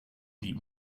die